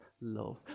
love